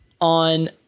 on